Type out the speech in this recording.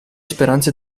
speranze